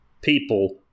people